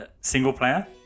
single-player